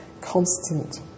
constant